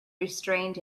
restrained